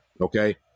okay